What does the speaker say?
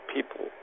People